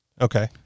Okay